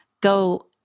go